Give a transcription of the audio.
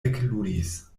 ekludis